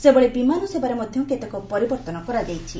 ସେହିଭଳି ବିମାନ ସେବାରେ ମଧ୍ଧ କେତେକ ପରିବର୍ଉନ କରାଯାଇଛି